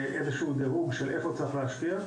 איזשהו דירוג של איפה צריך להשקיע,